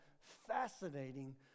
fascinating